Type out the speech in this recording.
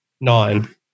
nine